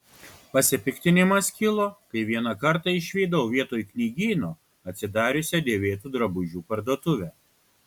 pasipiktinimas kilo kai vieną kartą išvydau vietoj knygyno atsidariusią dėvėtų drabužių parduotuvę